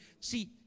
See